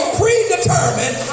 predetermined